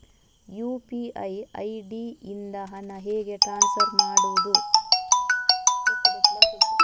UPI ID ಇಂದ ಹಣ ಹೇಗೆ ಟ್ರಾನ್ಸ್ಫರ್ ಮಾಡುದು?